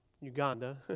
Uganda